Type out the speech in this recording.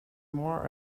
more